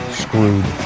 screwed